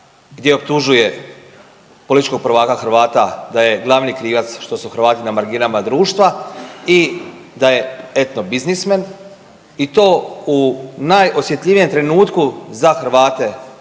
gdje optužuje političkog prvaka Hrvata da je glavni krivac što su Hrvati na marginama društva i da je eto biznismen i to u najosjetljivijem trenutku za Hrvate